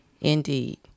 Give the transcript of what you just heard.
Indeed